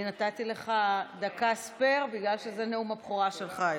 אני נתתי לך דקה ספייר בגלל שזה נאום הבכורה שלך היום.